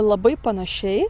labai panašiai